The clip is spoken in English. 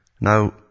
Now